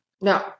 No